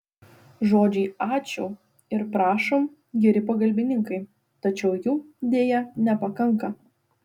žodžiai ačiū ir prašom geri pagalbininkai tačiau jų deja nepakanka